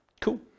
Cool